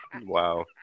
Wow